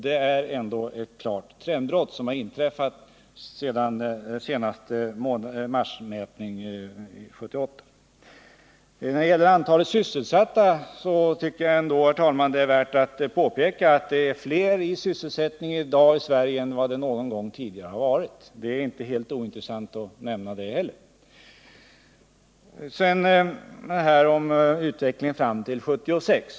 Det är en klar trendbrytning som inträffat sedan marsmätningen 1978. Men när det gäller antalet sysselsatta tycker jag, herr talman, att det är värt att påpeka att det i dag är flera sysselsatta i Sverige än det någon gång varit tidigare. Inte heller detta är helt ointressant att nämna. Sedan några ord om utvecklingen fram till 1976.